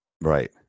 Right